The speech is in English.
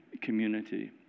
community